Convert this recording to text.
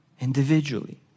individually